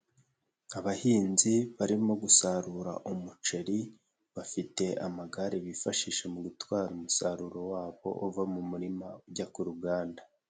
Abahinzi barimo gusarura umuceri, bafite amagare bifashisha mu gutwara umusaruro wabo, uva mu murima ujya ku ruganda.